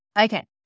Okay